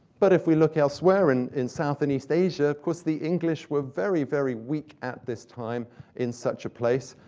but if we look elsewhere and in south and east asia, of course, the english were very, very weak at this time in such a place.